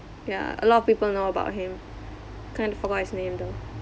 ya a lot of people know about him kind of forgot his name though